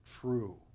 true